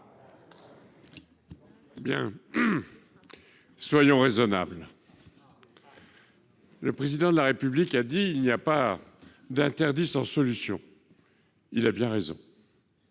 vote. Soyons raisonnables ! Le Président de la République a dit :« Il n'y aura pas d'interdit sans solution. » Il a raison.